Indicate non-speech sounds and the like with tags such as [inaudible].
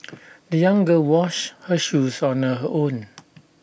[noise] the young girl washed her shoes on [unintelligible] her own